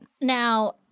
Now